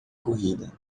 corrida